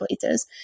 places